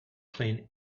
clean